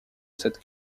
cette